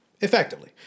effectively